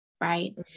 right